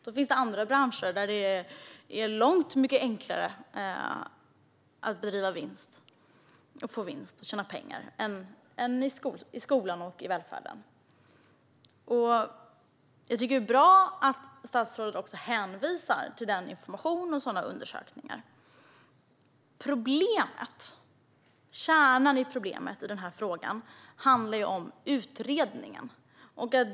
Det finns andra branscher där det är långt mycket enklare att få vinst och tjäna pengar än i skolan och inom välfärden. Jag tycker att det är bra att statsrådet hänvisar till den information och de undersökningar som hon gjorde. Kärnan och problemet i denna fråga handlar om Reepaluutredningen.